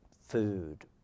food